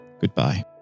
goodbye